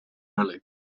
early